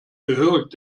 gehörig